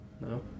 no